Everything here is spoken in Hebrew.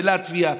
בלטביה,